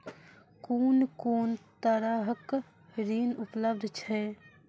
कून कून तरहक ऋण उपलब्ध छै?